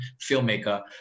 filmmaker